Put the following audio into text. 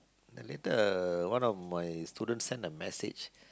then later one of my student send a message